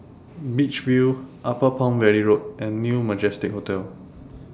Beach View Upper Palm Valley Road and New Majestic Hotel